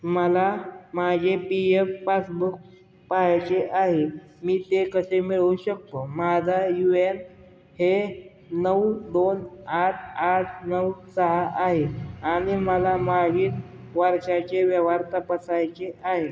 मला माझे P F passbook पाहिजे आहे मी ते कसे मिळवू शकतो माझा यू एन हे नऊ दोन आठ आठ नऊ सहा आहे आणि मला मागील वर्षाचे व्यवहार तपासायचे आहे